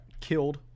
killed